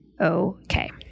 okay